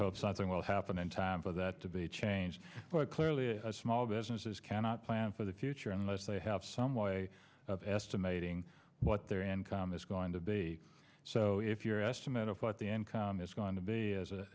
hope something will happen in time that debate changed clearly small businesses cannot plan for the future unless they have some way of estimating what their income is going to be so if your estimate of what the income is going to be